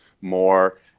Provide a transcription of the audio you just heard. more